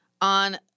On